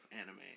anime